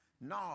No